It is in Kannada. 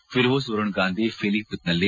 ಫಿರೋಜ್ ವರುಣ್ಗಾಂಧಿ ಫಿಲಿಬಿತ್ನಲ್ಲಿ